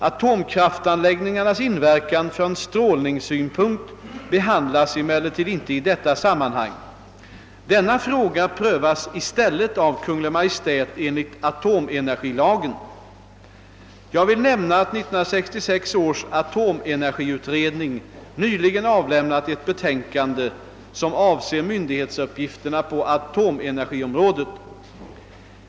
Atomkraftanläggningarnas inverkan = från strålningssynpunkt behandlas emellertid inte i detta sammanhang. Denna fråga prövas i stället av Kungl. Maj:t enligt atomenergilagen. Jag vill nämna att 1966 års atomenergiutredning nyligen avlämnat ett betänkande, som avser myndighetsuppgifterna på atomenergiområdet.